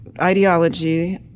ideology